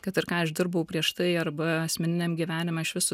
kad ir ką aš dirbau prieš tai arba asmeniniam gyvenime aš vis